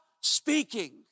speaking